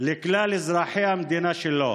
לכלל אזרחי המדינה שלו.